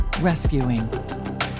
Rescuing